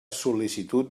sol·licitud